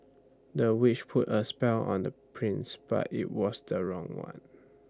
the witch put A spell on the prince but IT was the wrong one